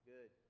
Good